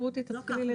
מוצרים להגנה מהשמש,